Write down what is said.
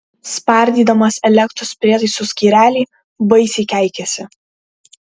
spardydamas elektros prietaisų skyrelį baisiai keikėsi